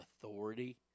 authority